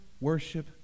worship